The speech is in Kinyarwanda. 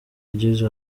igeze